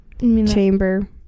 chamber